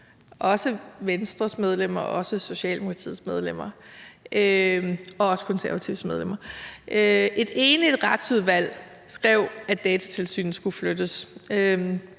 også Venstres medlemmer, også Socialdemokratiets medlemmer og også Konservatives medlemmer. Et enigt Retsudvalg skrev, at Datatilsynet skulle flyttes.